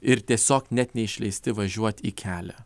ir tiesiog net neišleisti važiuot į kelią